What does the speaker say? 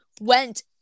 went